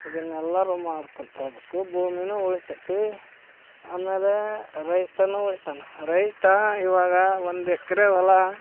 ಇದನ್ನು ಎಲ್ಲರೂ ಮಾಡ್ಕೊತ ಹೋಗಬೇಕು ಭೂಮಿಯೂ ಉಳಿತೈತಿ ಆಮೇಲೆ ರೈತನೂ ಉಳಿತಾನ ರೈತ ಇವಾಗ ಒಂದು ಎಕರೆ ಹೊಲ